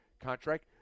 contract